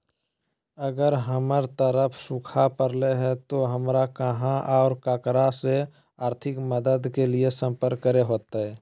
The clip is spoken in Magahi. अगर हमर तरफ सुखा परले है तो, हमरा कहा और ककरा से आर्थिक मदद के लिए सम्पर्क करे होतय?